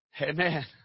Amen